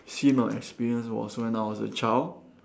seen or experience was when I was a child